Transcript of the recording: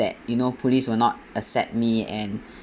that you know police will not accept me and